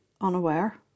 unaware